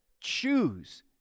Choose